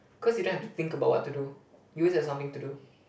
cause you don't have to think about what to do you always have something to do